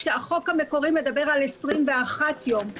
כשהחוק המקורי מדבר על 21 יום,